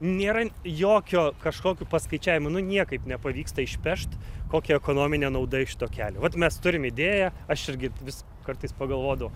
nėra jokio kažkokių paskaičiavimų nu niekaip nepavyksta išpešt kokia ekonominė nauda iš šito kelio vat mes turim idėją aš irgi vis kartais pagalvodavau